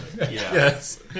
Yes